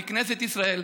מכנסת ישראל,